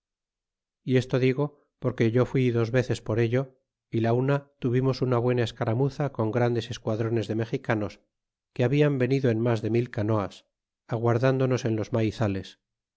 y esto digo porque yo fui dos veces por ello y la una tuvimos una buena escaramuza con grandes esquadrones de mexicanos que hablan venido en mas de mil canoas aguardándonos en los maizales